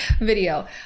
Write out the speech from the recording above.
Video